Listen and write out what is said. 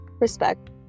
respect